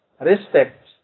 respect